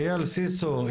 אייל סיסו,